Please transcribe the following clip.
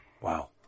Wow